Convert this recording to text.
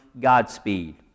Godspeed